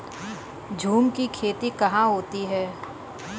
झूम की खेती कहाँ होती है?